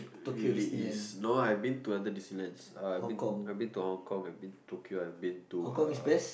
really is no I've been to other Disneylands uh I've been to Hong Kong I've been Tokyo I've been to uh